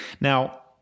Now